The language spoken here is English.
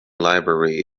library